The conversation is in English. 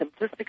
simplistic